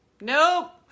Nope